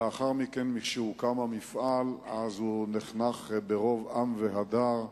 לאחר מכן, משהוקם המפעל, הוא נחנך ברוב עם והדר,